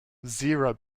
zero